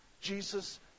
Jesus